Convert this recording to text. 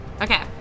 Okay